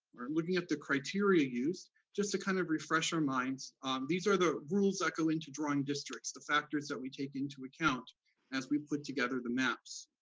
or looking at the criteria used, just to kind of refresh our minds, these are the rules that go into drawing districts, the factors that we take into account as we put together the maps.